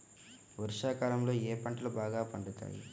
వర్షాకాలంలో ఏ పంటలు బాగా పండుతాయి?